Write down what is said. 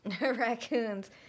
Raccoons